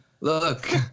Look